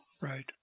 Right